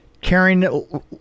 carrying